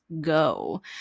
go